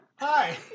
Hi